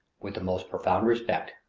with the most profound respect,